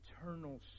eternal